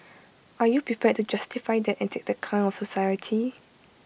are you prepared to justify that and take that kind of society